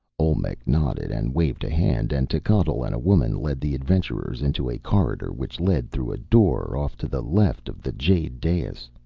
olmec nodded, and waved a hand, and techotl and a woman led the adventurers into a corridor which led through a door off to the left of the jade dais.